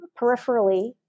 peripherally